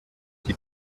виду